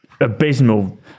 abysmal